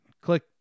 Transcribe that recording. click